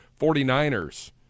49ers